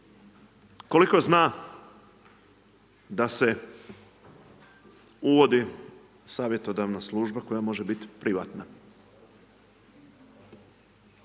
koliko zna da se uvodi savjetodavna služba koja može biti privatna.